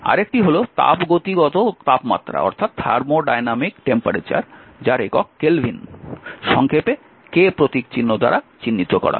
আরেকটি হল তাপগতিগত তাপমাত্রা কেলভিন সংক্ষেপে K প্রতীক দ্বারা চিহ্নিত করা হয়